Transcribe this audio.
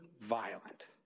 violent